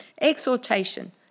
exhortation